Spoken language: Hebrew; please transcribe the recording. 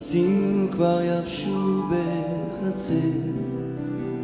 צין כבר יבשו בחצר